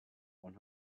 one